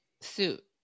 suit